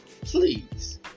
please